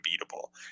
unbeatable